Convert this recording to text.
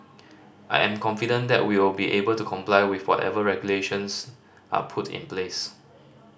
I am confident that we'll be able to comply with whatever regulations are put in place